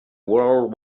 world